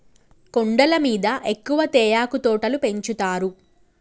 కొండల మీద ఎక్కువ తేయాకు తోటలు పెంచుతారు